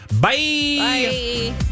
Bye